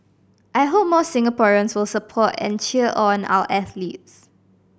I hope more Singaporeans will support and cheer on our athletes